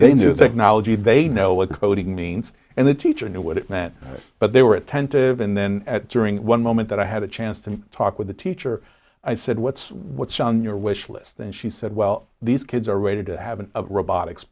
technology they know what coding means and the teacher knew what it meant but they were attentive and then during one moment that i had a chance to talk with the teacher i said what's what's on your wish list and she said well these kids are rated to have an robotics